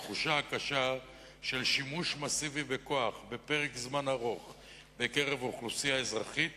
התחושה הקשה היא ששימוש מסיבי בכוח בפרק זמן ארוך בקרב אוכלוסייה אזרחית